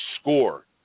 score